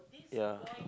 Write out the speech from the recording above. ya